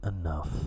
enough